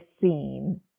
scene